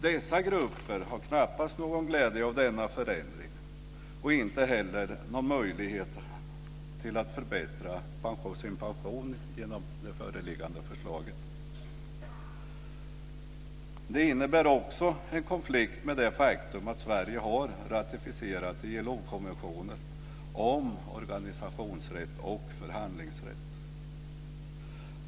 Dessa grupper har knappast någon glädje av denna förändring och inte heller någon möjlighet att förbättra sin pension genom det föreliggande förslaget. Det innebär också en konflikt med det faktum att Sverige har ratificerat ILO-konventioner om organisationsrätt och förhandlingsrätt.